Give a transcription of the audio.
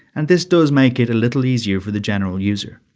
and this does make it a little easier for the general user.